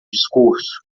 discurso